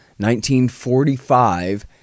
1945